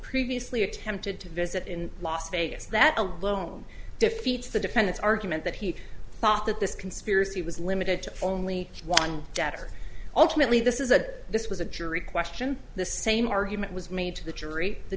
previously attempted to visit in las vegas that alone defeats the defendant's argument that he thought that this conspiracy was limited to only one debtor ultimately this is a this was a jury question the same argument was made to the jury the